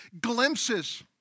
Glimpses